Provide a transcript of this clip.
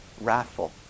wrathful